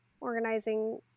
organizing